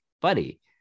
buddy